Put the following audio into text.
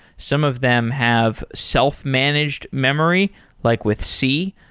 some of them have self-managed memory like with c.